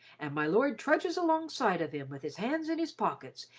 and my lord trudges alongside of him with his hands in his pockets,